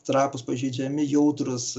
trapūs pažeidžiami jautrūs